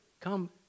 come